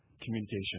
Communication